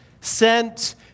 sent